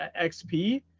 XP